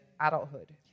adulthood